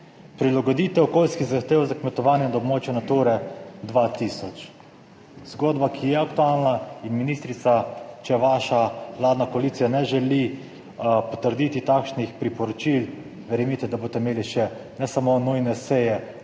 Prilagoditev okoljskih zahtev za kmetovanje na območju Nature 2000. Zgodba, ki je aktualna in ministrica, če vaša vladna koalicija ne želi potrditi takšnih priporočil, verjemite da boste imeli še ne samo nujne seje